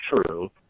true